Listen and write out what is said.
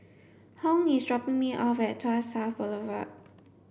Hung is dropping me off at Tuas South Boulevard